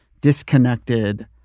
disconnected